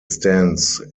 stands